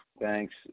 Thanks